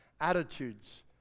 attitudes